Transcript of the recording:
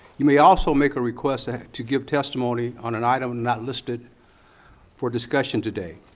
you may also make a request to give testimony on an item not listed for discussion today.